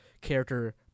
character